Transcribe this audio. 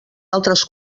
altres